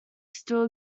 still